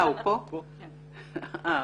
הוא כאן.